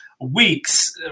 weeks